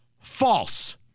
False